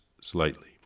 slightly